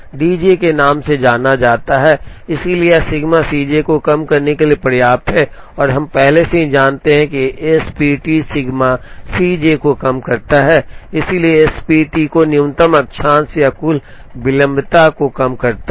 D J के नाम से जाना जाता है इसलिए यह सिग्मा सी जे को कम करने के लिए पर्याप्त है और हम पहले से ही जानते हैं कि S P T sigma C J को कम करता है इसलिए एस पी टी भी न्यूनतम अक्षांश या कुल विलंबता को कम करता है